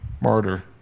martyr